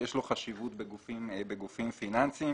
שיש לו חשיבות בגופים פיננסיים.